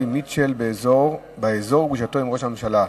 מיטשל באזור ופגישתו עם ראש הממשלה.